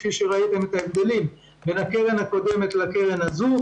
כפי שראינו את ההבדלים בין הקרן הקודמת לקרן הזאת,